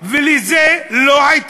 זה לא בריא וזה לא מכובד